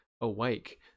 awake